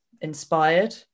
inspired